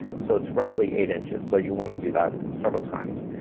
so it's roughly eight inches. so you wanna do that several times.